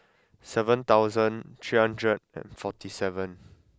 seven thousand three hundred and forty seven